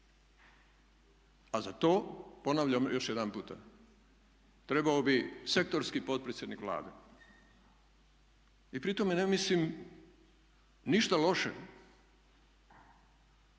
A za to, ponavljam još jedanputa, trebao bi sektorski potpredsjednik Vlade. I pri tome ne mislim ništa loše,